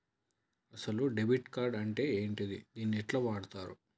అసలు debit card అంటే ఏంటిది? దీన్ని ఎట్ల వాడుతరు?